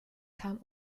kam